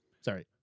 sorry